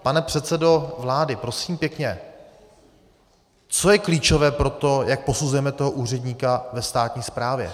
Pane předsedo vlády, prosím pěkně, co je klíčové pro to, jak posuzujeme úředníka ve státní správě?